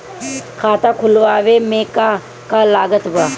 खाता खुलावे मे का का लागत बा?